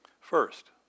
First